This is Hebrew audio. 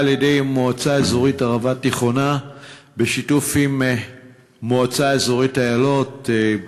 על-ידי מועצה אזורית ערבה תיכונה בשיתוף עם מועצה אזורית איָלות.